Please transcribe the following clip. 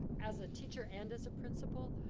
as a teacher and as a principal,